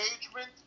engagement